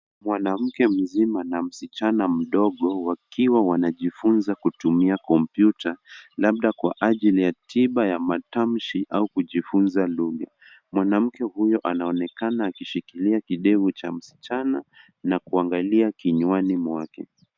Mwanamke mzima na msichana mdogo wakiwa wanajifunza kutumia kompyuta labda kwa ajili ya tiba ya matamshi au kujifunza lugha. Mwanamke huyo anaonekana akishikilia kidevu cha msichana na kuangalia kinywani mwake.